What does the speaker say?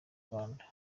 rwanda